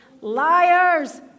Liars